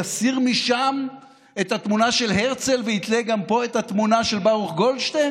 יסיר משם את התמונה של הרצל ויתלה גם פה את התמונה של ברוך גולדשטיין,